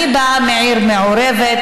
אני באה מעיר מעורבת,